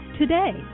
today